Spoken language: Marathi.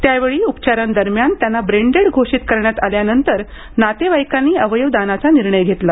त्यावेळी उपचारांदरम्यान त्यांना ब्रेन डेड घोषित करण्यात आल्यानंतर नातेवाईकांनी अवयवदानाचा निर्णय घेतला